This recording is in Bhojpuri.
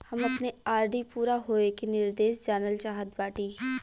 हम अपने आर.डी पूरा होवे के निर्देश जानल चाहत बाटी